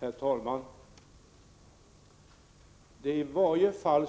Herr talman! Det är i varje fall,